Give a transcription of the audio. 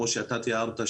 כמו שאתה תיארת,